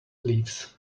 leaves